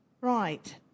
Right